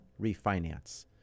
refinance